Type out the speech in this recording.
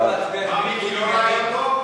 רוצים דיון בוועדת חוץ וביטחון?